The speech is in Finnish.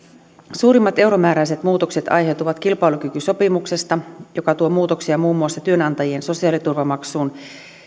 suurimmat euromääräiset muutokset aiheutuvat kilpailukykysopimuksesta joka tuo muutoksia muun muassa työnantajien sosiaaliturvamaksuun